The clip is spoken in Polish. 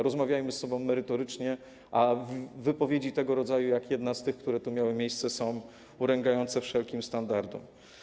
Rozmawiajmy ze sobą merytorycznie, a wypowiedzi tego rodzaju, jak jedna z tych, które tu miały miejsce, są urągające wszelkim standardom.